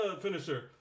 finisher